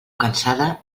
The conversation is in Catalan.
cansada